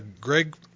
Greg